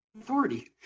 authority